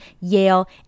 Yale